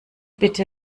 bitte